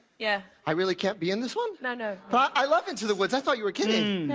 yeah. i really can't be in this one? no, no. but i love into the woods. i thought you were kidding.